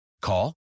Call